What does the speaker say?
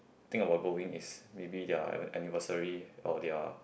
think about going is maybe their anniversary or their